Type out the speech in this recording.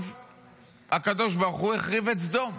שבסוף הקדוש ברוך הוא החריב את סדום,